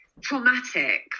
traumatic